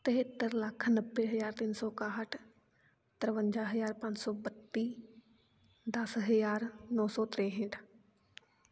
ਤੇਹੱਤਰ ਲੱਖ ਨੱਬੇ ਹਜ਼ਾਰ ਤਿੰਨ ਸੌ ਇੱਕਾਹਠ ਤਰਵੰਜਾ ਹਜ਼ਾਰ ਪੰਜ ਸੌ ਬੱਤੀ ਦਸ ਹਜ਼ਾਰ ਨੌ ਸੌ ਤਰੇਂਹਠ